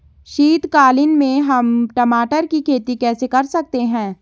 शीतकालीन में हम टमाटर की खेती कैसे कर सकते हैं?